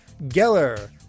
Geller